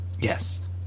Yes